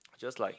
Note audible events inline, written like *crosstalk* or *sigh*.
*noise* just like